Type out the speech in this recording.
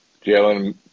Jalen